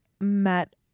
met